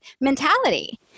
mentality